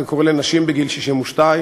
זה קורה לנשים בגיל 62,